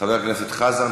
חבר הכנסת חזן,